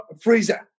freezer